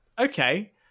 okay